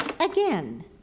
again